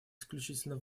исключительно